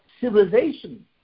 civilization